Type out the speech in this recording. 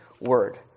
word